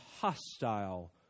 hostile